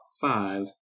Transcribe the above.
five